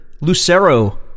Lucero